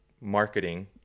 marketing